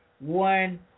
one